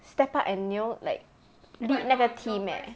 step up and you know like lead 那个 team eh